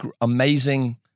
amazing